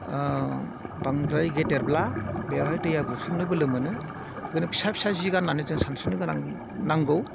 बांद्राय गेदेरब्ला बेवहाय दैया बुसोमनो बोलो मोनो बिखायनो फिसा फिसा जि गाननानै जों सानस्रिनो गोनां नांगौ